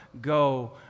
go